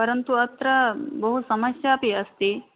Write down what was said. परन्तु अत्र बहु समस्यापि अस्ति